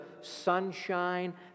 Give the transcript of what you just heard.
sunshine